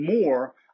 more